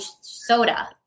soda